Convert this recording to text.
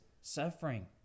suffering